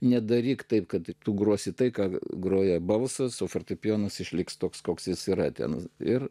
nedaryk taip kad tu grosi tai ką groja balsas o fortepijonas išliks toks koks jis yra ten ir